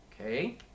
Okay